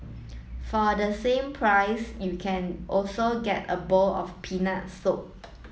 for the same price you can also get a bowl of peanut soup